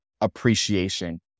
appreciation